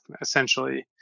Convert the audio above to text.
essentially